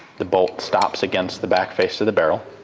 the bolt stops against the back face of the barrel,